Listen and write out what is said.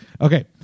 Okay